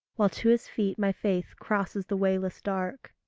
while to his feet my faith crosses the wayless dark.